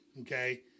okay